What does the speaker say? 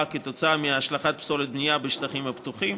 כתוצאה מהשלכת פסולת הבנייה בשטחים הפתוחים.